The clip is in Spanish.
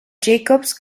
jacobs